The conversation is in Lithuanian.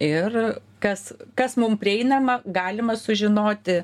ir kas kas mum prieinama galima sužinoti